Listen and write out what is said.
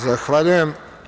Zahvaljujem.